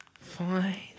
Fine